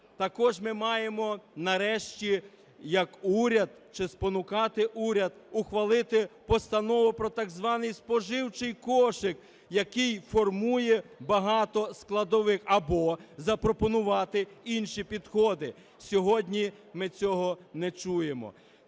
Також ми маємо нарешті, як уряд, чи спонукати уряд ухвалити Постанову про так званий споживчий кошик, який формує багато складових, або запропонувати інші підходи. Сьогодні ми цього не чуємо.